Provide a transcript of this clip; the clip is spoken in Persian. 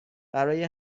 برای